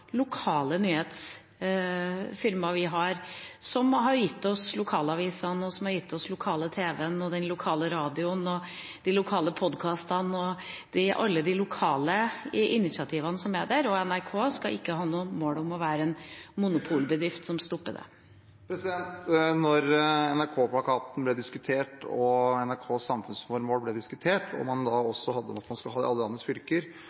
lokale nyhetsfirmaer vi har, som har gitt oss lokalaviser, lokal tv, lokal radio, lokale podkaster – alle de lokale initiativene som er der. NRK skal ikke ha noe mål om å være en monopolbedrift som stopper det. Da NRK-plakaten og NRKs samfunnsformål ble diskutert, og man da også skulle ha med alle landets fylker,